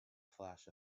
flash